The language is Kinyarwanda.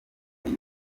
epfo